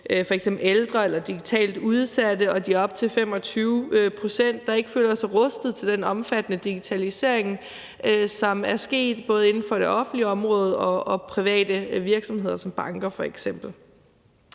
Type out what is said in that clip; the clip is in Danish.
f.eks. ældre eller digitalt udsatte og de op til 25 pct., der ikke føler sig rustet til den omfattende digitalisering, som er sket både inden for det offentlige område og i private virksomheder som banker f.eks.